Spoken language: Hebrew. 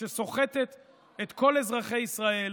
סוחטת את כל אזרחי ישראל,